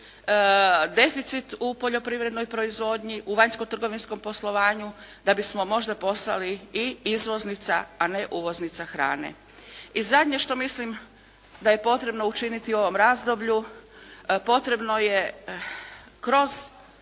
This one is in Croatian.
deficit u poljoprivrednoj proizvodnji, u vanjskotrgovinskom poslovanju da bismo možda postali i izvoznica a ne uvoznica hrane. I zadnje što mislim da je potrebno učiniti u ovom razdoblju potrebno je kroz